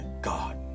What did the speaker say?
God